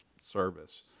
service